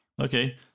Okay